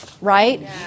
right